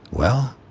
well,